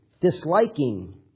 disliking